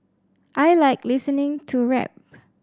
I like listening to rap